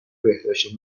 بهداشت